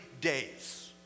days